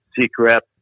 secret